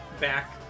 back